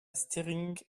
stiring